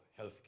healthcare